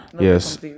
Yes